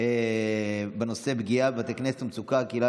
לסדר-היום בנושא: פגיעה בבתי כנסת ומצוקת הקהילה